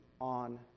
on